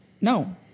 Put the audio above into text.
no